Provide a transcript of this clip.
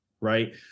right